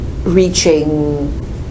reaching